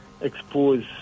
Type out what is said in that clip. expose